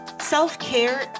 Self-care